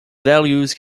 values